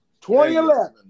2011